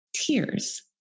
Tears